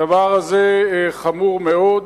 הדבר הזה חמור מאוד,